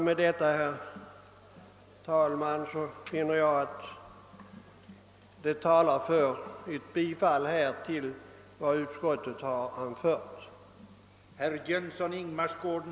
Det anförda, herr talman, finner jag tala för ett bifall till vad utskottet har hemställt.